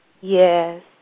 Yes